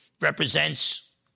represents